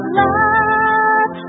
love